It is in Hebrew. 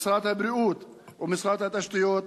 משרד הבריאות ומשרד התשתיות,